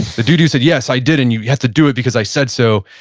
the dude who said, yes, i did, and you have to do it because i said so,